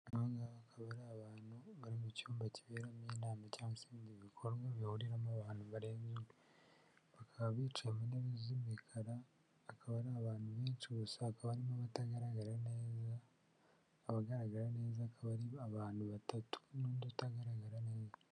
Aba ngaba akaba ari abantu bari mu cyumba kiberamo inama cyangwa se ibindi bikorwa bihuriramo abantu barenze umwe. Bakaba bicaye mu ntebe z'imikara, akaba ari abantu benshi gusa hakaba harimo n'abatagaragara neza, abagaragara neza, akaba ari abantu batatu n'undi utagaragara neza.